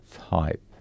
type